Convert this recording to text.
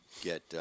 get